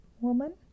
woman